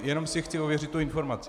Jenom si chci ověřit informaci.